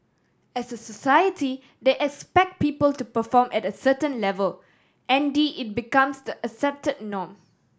as a society they expect people to perform at a certain level n d it becomes the accepted norm